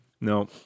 No